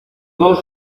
dos